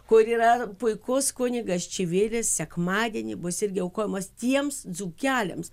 kur yra puikus kunigas čivilis sekmadienį bus irgi aukojamos tiems dzūkeliams